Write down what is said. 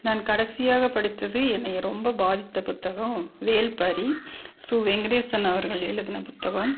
நான் கடைசியாக படித்தது என்னை ரொம்ப பாதித்த புத்தகம் வேல்பாரி சு வெங்கடேஷன் அவர்கள் எழுதின புத்தகம்